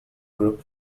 group